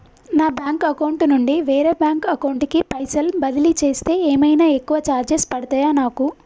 నా bank account నుండి వేరే బ్యాంక్ అకౌంట్ కి పైసల్ బదిలీ చేస్తే ఏమైనా ఎక్కువ చార్జెస్ పడ్తయా నాకు?